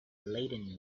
laden